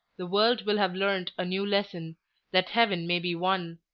the world will have learned a new lesson that heaven may be won,